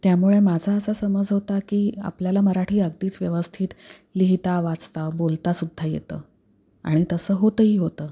त्यामुळे माझा असा समज होता की आपल्याला मराठी अगदीच व्यवस्थित लिहिता वाचता बोलतासुद्धा येतं आणि तसं होतही होतं